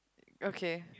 okay